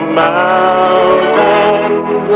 mountains